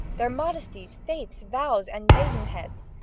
their modesties, faiths, vows, and maidenheads,